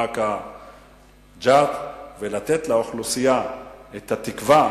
באקה ג'ת, ולתת לאוכלוסייה את התקווה